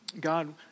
God